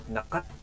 Nakat